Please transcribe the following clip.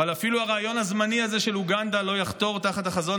אפילו הרעיון הזמני הזה של אוגנדה לא יחתור תחת החזון